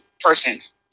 persons